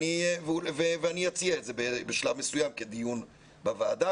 ואני אציע את זה בשלב מסוים כדיון בוועדה,